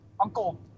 uncle